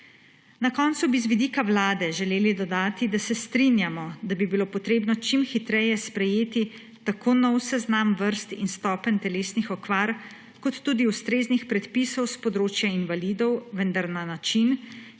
Na koncu bi z vidika Vlade želeli dodati, da se strinjamo, da bi bilo potrebno čim hitreje sprejeti tako nov seznam vrst in stopenj telesnih okvar kot tudi ustreznih predpisov s področja invalidov, vendar na način,